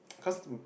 custom